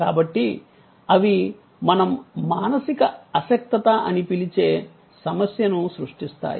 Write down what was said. కాబట్టి అవి మనం మానసిక అశక్తత అని పిలిచే సమస్యను సృష్టిస్తాయి